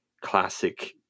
classic